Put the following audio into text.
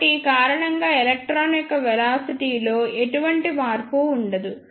కాబట్టి ఈ కారణంగా ఈ ఎలక్ట్రాన్ యొక్క వెలాసిటీ లో ఎటువంటి మార్పు ఉండదు